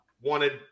wanted